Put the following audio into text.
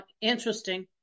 Interesting